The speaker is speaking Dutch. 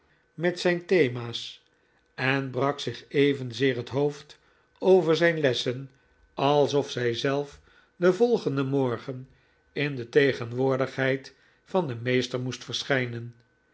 met zijn thema's en brak zich evenzeer het hoofd over zijn lessen alsof zijzelf den volgenden morgen in de tegenwoordigheid van den meester moest verschijnen